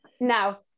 now